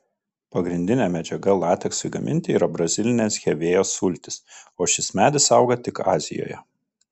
pagrindinė medžiaga lateksui gaminti yra brazilinės hevėjos sultys o šis medis auga tik azijoje